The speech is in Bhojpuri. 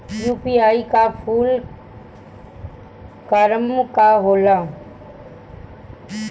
यू.पी.आई का फूल फारम का होला?